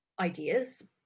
ideas